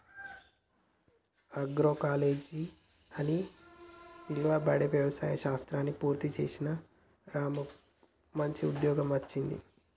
agroecology అని పిలువబడే వ్యవసాయ శాస్త్రాన్ని పూర్తి చేసిన రాముకు మంచి ఉద్యోగం వచ్చింది